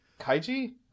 kaiji